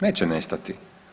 Neće nestati.